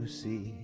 see